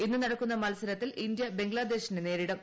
ഇന്ന് നടക്കുന്ന മത്സരത്തിൽ ഇന്ത്യ ബംഗ്ലാദേശിനെ നേരിടും